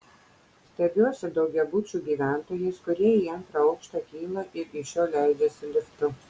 stebiuosi daugiabučių gyventojais kurie į antrą aukštą kyla ir iš jo leidžiasi liftu